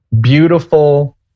beautiful